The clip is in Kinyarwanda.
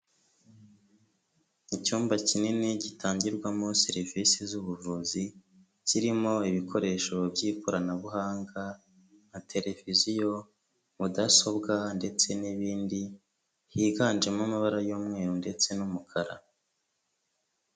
Icyumba kinini gitangirwamo serivisi z'ubuvuzi, kirimo ibikoresho by'ikoranabuhanga nka televiziyo, mudasobwa ndetse n'ibindi, higanjemo amabara y'umweru ndetse n'umukara.